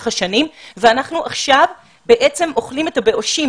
השנים ואנחנו עכשיו בעצם אוכלים את הבאושים,